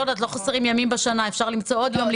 לא חסרים ימים בשנה, אפשר למצוא עוד יום.